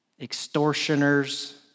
extortioners